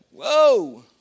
Whoa